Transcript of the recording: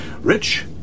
Rich